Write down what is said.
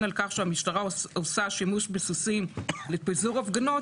על כך שהמשטרה עושה שימוש בסוסים לפיזור הפגנות,